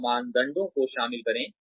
इन मानदंडों को शामिल करें